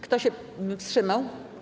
Kto się wstrzymał?